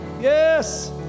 Yes